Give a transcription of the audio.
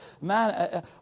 man